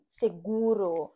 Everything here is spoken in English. seguro